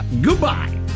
Goodbye